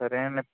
సరే అండి